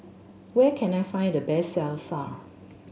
where can I find the best Salsa